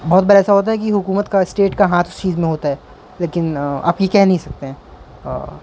بہت بڑ ایسا ہوتا ہے کہ حکومت کا اسٹیٹ کا ہاتھ اس چیز میں ہوتا ہے لیکن آپ یہ کہہ نہیں سکتے ہیں